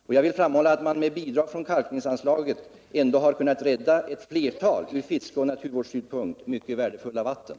Men jag vill framhålla att man med bidrag från kalkningsanslaget ändå har kunnat rädda ett flertal från fiskeoch naturvårdssynpunkt mycket värdefulla vatten.